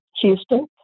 Houston